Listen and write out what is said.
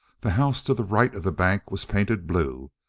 the house to the right of the bank was painted blue.